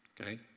Okay